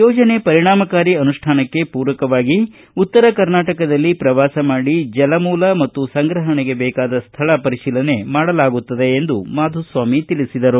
ಯೋಜನೆ ಪರಿಣಾಮಕಾರಿ ಅನುಷ್ಠಾನಕ್ಕೆ ಪೂರಕವಾಗಿ ಉತ್ತರ ಕರ್ನಾಟಕದಲ್ಲಿ ಪ್ರವಾಸ ಮಾಡಿ ಜಲಮೂಲ ಮತ್ತ ಸಂಗ್ರಹಣೆಗೆ ಬೇಕಾದ ಸ್ಥಳ ಪರಿಶೀಲನೆ ಮಾಡಲಾಗುತ್ತಿದೆ ಎಂದು ಮಧುಸ್ವಾಮಿ ಹೇಳಿದರು